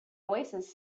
oasis